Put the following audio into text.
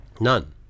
None